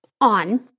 on